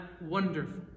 wonderful